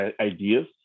ideas